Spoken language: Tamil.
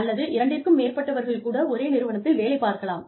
அல்லது இரண்டிற்கு மேற்பட்டவர்கள் கூட ஒரே நிறுவனத்தில் வேலை பார்க்கலாம்